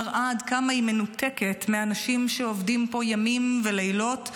מראה עד כמה היא מנותקת מהאנשים שעובדים פה ימים ולילות,